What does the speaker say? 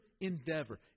endeavor